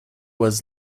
was